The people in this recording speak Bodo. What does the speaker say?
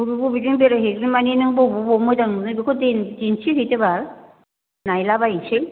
बबे बबेजों बेरायहैगोन मानि नों बबाव बबाव मोजां नुनाय बेखौ दे दिन्थिहैदो बाल नायलाबायसै